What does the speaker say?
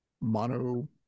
Mono